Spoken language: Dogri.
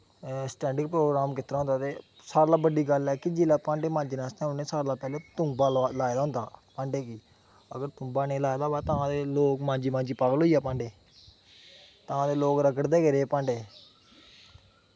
स्टैंडिंग प्रोग्राम कीते दा होंदा ते सारें कोला दा बड्डी गल्ल ऐ कि जिलसै भांडे मांजने आस्तै उ'नें सारें कोला पैह्लें तुग्गा लाए दा लादा होंदा भांजे गी अगर तुग्गा निं लाए दा होऐ तां ते लोक मांजी मांजी पागल होई जा पांडे तां ते लोग रगड़दे गै रेह् भांडे